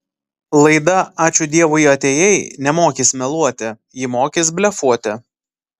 laida ačiū dievui atėjai nemokys meluoti ji mokys blefuoti